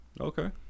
Okay